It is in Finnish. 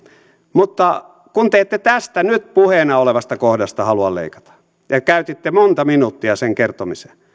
mutta kun te ette tästä nyt puheena olevasta kohdasta halua leikata ja käytitte monta minuuttia sen kertomiseen